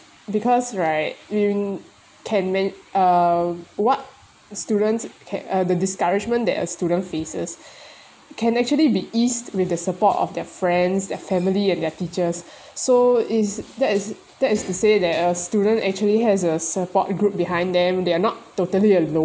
because right in can men~ uh what students can uh the discouragement that a student faces can actually be eased with the support of their friends their family and their teachers so is that is that is to say that a student actually has a support group behind them they are not totally alone